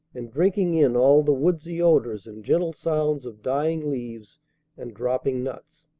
and drinking in all the woodsy odors and gentle sounds of dying leaves and dropping nuts.